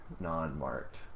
non-marked